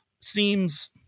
seems